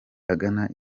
agana